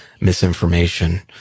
misinformation